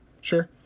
sure